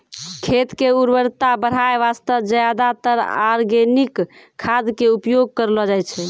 खेत के उर्वरता बढाय वास्तॅ ज्यादातर आर्गेनिक खाद के उपयोग करलो जाय छै